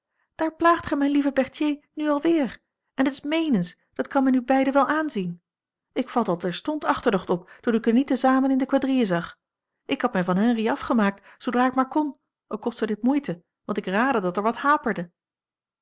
daar plaagt gij mijne lieve berthier nu al weer en het is meenens dat kan men u beiden wel aanzien ik vatte al terstond achterdocht op toen ik u niet te zamen in de quadrille zag ik heb mij van henri afgemaakt zoodra ik maar kon al kostte dit moeite want ik raadde dat er wat haperde